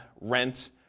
rent